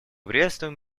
приветствуем